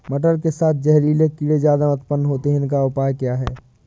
मटर के साथ जहरीले कीड़े ज्यादा उत्पन्न होते हैं इनका उपाय क्या है?